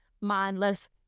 mindless